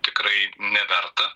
tikrai neverta